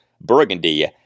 burgundy